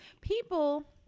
people